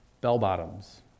bell-bottoms